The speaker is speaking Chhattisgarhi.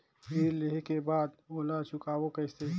ऋण लेहें के बाद ओला चुकाबो किसे?